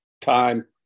time